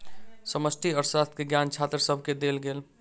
समष्टि अर्थशास्त्र के ज्ञान छात्र सभके देल गेल